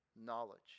knowledge